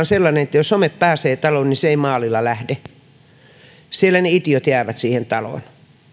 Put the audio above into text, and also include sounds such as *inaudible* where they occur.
*unintelligible* sellainen juttu että jos home pääsee taloon niin se ei maalilla lähde ne itiöt jäävät siihen taloon